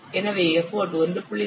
எனவே எப்போட் 1